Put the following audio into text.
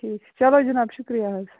ٹھیٖک چھُ چلو جِناب شُکریہ حَظ